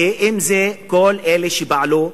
ואם כל אלה שפעלו.